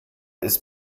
ist